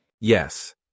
Yes